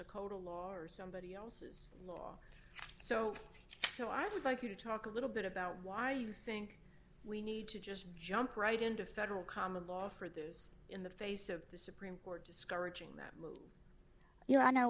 dakota law or somebody who is law so so i would like you to talk a little bit about why you think we need to just jump right into federal common law for those in the face of the supreme court discouraging that you know